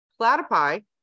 platypi